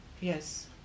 yes